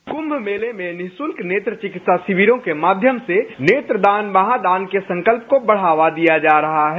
कुंभ मेले में निःशुल्क नेत्र चिकित्सा शिविरों के माध्यम से नेत्रदान महादान के संकल्प को बढावा दिया जा रहा है